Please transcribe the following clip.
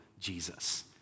Jesus